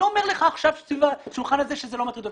אני לא אומר לך עכשיו סביב השולחן הזה שזה לא מטריד אותי.